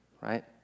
Right